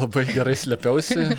labai gerai slėpiausi